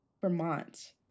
Vermont